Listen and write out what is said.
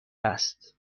است